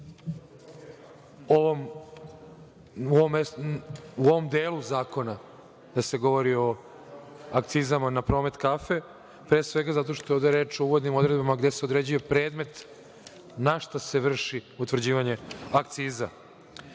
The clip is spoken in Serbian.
u ovom delu zakona da se govori o akcizama na promet kafe, pre svega, zato što je ovde reč o uvodnim odredbama gde se određuje predmet na šta se vrši određivanje akciza. Isto